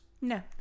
No